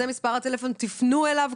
זה הטלפון שלו,